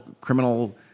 criminal